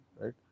right